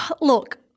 Look